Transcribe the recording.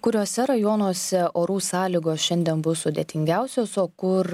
kuriuose rajonuose orų sąlygos šiandien bus sudėtingiausios o kur